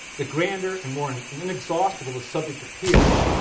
the grander and more and and inexhaustible the subject appears.